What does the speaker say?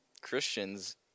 Christians